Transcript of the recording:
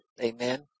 Amen